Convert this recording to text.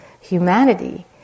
humanity